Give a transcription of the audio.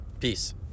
Peace